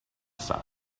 south